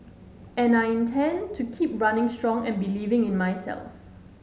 and I intend to keep running strong and believing in myself